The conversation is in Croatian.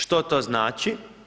Što to znači?